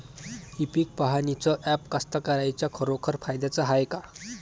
इ पीक पहानीचं ॲप कास्तकाराइच्या खरोखर फायद्याचं हाये का?